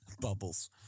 Bubbles